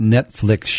Netflix